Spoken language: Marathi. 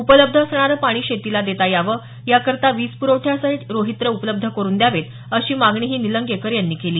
उपलब्ध असणारं पाणी शेतीला देता यावं याकरता वीजप्रवठ्यासाठी रोहित्रं उपलब्ध करून द्यावेत अशी मागणीही निलंगेकर यांनी केली